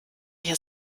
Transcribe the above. hier